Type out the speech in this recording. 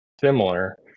similar